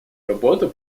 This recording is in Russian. работу